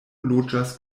loĝas